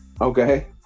Okay